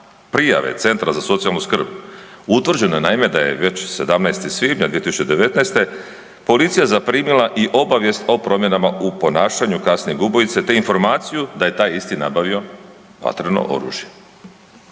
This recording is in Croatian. prijave centra za socijalnu skrb. Utvrđeno je naime da je već 17. svibnja 2019. policija zaprimila i obavijest o promjenama u ponašanju kasnijeg ubojice, te informaciju da je taj isti nabavio vatreno oružje.